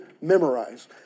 memorize